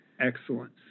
excellence